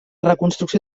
reconstrucció